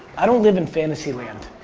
i don't live in fantasy land.